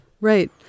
Right